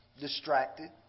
distracted